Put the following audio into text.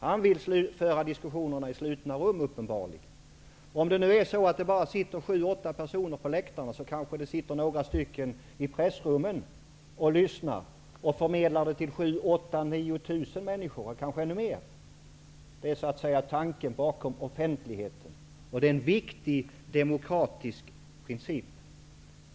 Han vill uppenbarligen föra diskussionera i slutna rum. Om det sitter bara sju åtta personer på läktaren, kanske det sitter några journalister i pressrummen och lyssnar och förmedlar det sagda till 7 000, 8 000, 9 000 eller ännu fler människor. Det är så att säga tanken bakom offenligheten. Det är en viktig demokratisk princip.